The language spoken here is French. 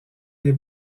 des